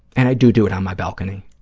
and i do do it on my balcony,